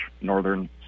northern